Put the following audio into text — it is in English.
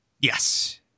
Yes